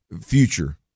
future